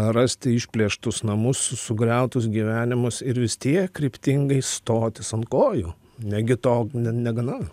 rasti išplėštus namus sugriautus gyvenimus ir vis tiek kryptingai stotis ant kojų negi to ne negana